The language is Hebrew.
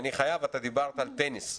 אתה דיברת על טניס.